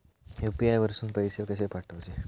UPI वरसून पैसे कसे पाठवचे?